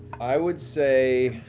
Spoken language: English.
i would say